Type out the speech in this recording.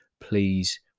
please